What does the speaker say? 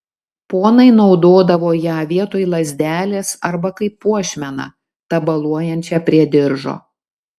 ponai naudodavo ją vietoj lazdelės arba kaip puošmeną tabaluojančią prie diržo